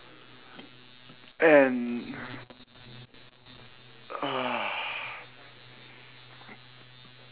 and uh